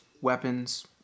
Weapons